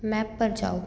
map पर जाओ